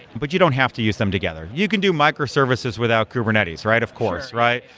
but you don't have to use them together. you can do micro services without kubernetes, right? of course, right?